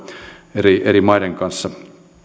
eri eri maiden kanssa